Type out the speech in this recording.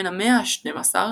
בן המאה ה-12,